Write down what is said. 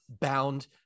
bound